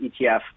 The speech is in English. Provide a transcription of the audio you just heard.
ETF